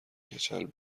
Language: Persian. کچل